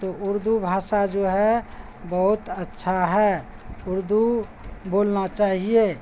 تو اردو بھاشا جو ہے بہت اچھا ہے اردو بولنا چاہیے